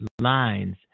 lines